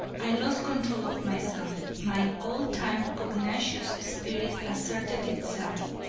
i lost control of myself. my old-time pugnacious spirit asserted itself,